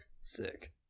Sick